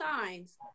signs